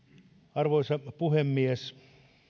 arvoisa puhemies